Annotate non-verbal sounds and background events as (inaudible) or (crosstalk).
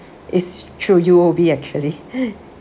is through U_O_B actually (breath)